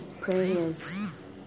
prayers